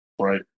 right